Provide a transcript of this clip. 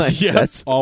yes